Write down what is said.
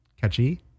catchy